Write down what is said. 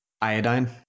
iodine